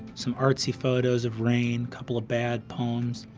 some artsy photos of rain, couple of bad poems,